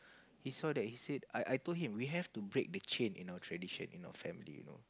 he saw that he said I I told him we have to break the chain in our tradition in our family you know